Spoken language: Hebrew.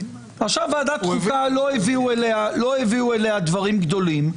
עכשיו ועדת חוקה לא הביאו אליה דברים גדולים.